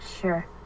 sure